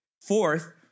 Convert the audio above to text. Fourth